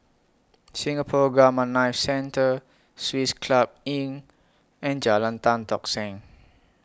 Singapore Gamma Knife Centre Swiss Club Inn and Jalan Tan Tock Seng